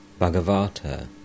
Bhagavata